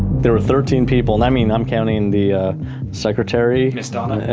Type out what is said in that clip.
there were thirteen people, and i mean, i'm counting the secretary. miss donna.